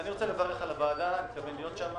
אני רוצה לברך על הוועדה, אני מתכוון להיות שם